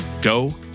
go